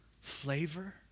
flavor